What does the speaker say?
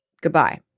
Goodbye